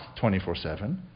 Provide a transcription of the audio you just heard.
24-7